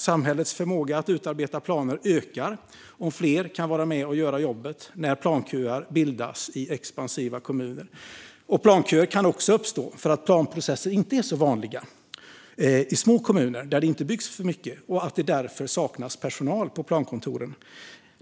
Samhällets förmåga att utarbeta planer ökar om fler kan vara med och göra jobbet när planköer bildas i expansiva kommuner. Planköer kan också uppstå i små kommuner där det inte byggs så mycket, eftersom planprocesser inte är så vanliga och det därför saknas personal på plankontoren.